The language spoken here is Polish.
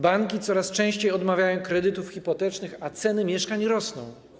Banki coraz częściej odmawiają kredytów hipotecznych, a ceny mieszkań rosną.